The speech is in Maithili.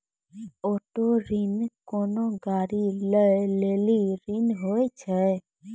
ऑटो ऋण कोनो गाड़ी लै लेली ऋण होय छै